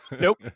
Nope